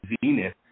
Venus